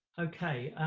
okay,